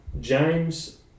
James